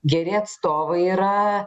geri atstovai yra